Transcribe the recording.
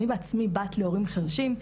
אני בעצמי בת להורים חרשים.